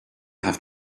have